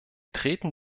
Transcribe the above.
treten